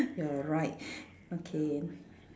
you're right okay